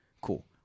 cool